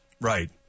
right